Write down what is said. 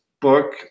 book